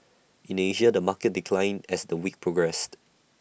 in Asia the market declined as the week progressed